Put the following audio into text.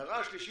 ההערה השלישית,